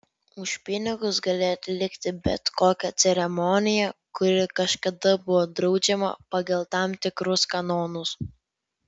už pinigus gali atlikti bet kokią ceremoniją kuri kažkada buvo draudžiama pagal tam tikrus kanonus